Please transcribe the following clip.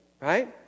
Right